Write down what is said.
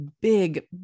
big